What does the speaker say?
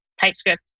TypeScript